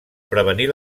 prevenir